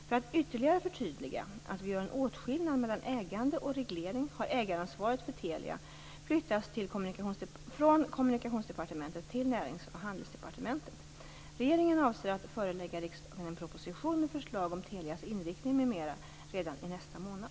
För att ytterligare förtydliga att vi gör en åtskillnad mellan ägande och reglering har ägaransvaret för Telia flyttats från Kommunikationsdepartementet till Närings och handelsdepartementet. Regeringen avser att förelägga riksdagen en proposition med förslag om Telias inriktning m.m. redan i nästa månad.